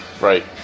Right